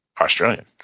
Australian